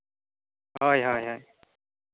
ᱦᱳᱭ ᱦᱳᱭ